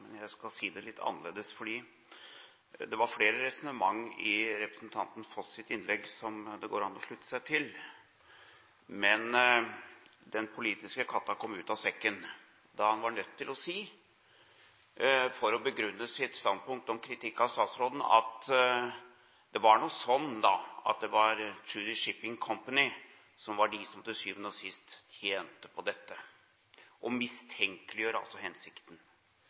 jeg skal si det litt annerledes. Det var flere resonnementer i representanten Foss' innlegg som det går an å slutte seg til, men den politiske katta kom ut av sekken da han var nødt til å si, for å begrunne sitt standpunkt, sin kritikk av statsråden, at det var nå sånn, da, at det var Tschudi Shipping Company som var de som til syvende og sist tjente på dette – altså å mistenkeliggjøre hensikten.